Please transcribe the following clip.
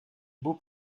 beau